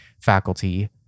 faculty